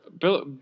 Bill